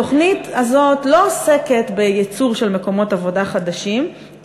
התוכנית הזאת לא עוסקת בייצור של מקומות עבודה חדשים,